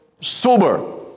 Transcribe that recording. sober